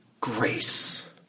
grace